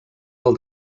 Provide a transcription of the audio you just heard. del